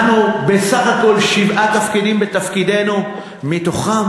אנחנו בסך הכול שבעה חודשים בתפקידנו, מתוכם